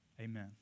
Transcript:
Amen